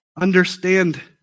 understand